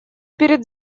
перед